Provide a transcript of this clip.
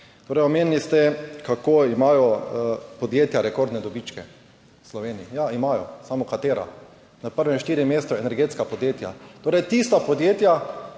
Torej, omenili ste, kako imajo podjetja rekordne dobičke v Sloveniji. Ja, imajo jih, vendar katera? Na prvih štirih mestih so energetska podjetja, torej tista podjetja,